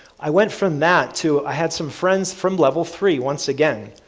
i went from that to, i had some friends from level three once again.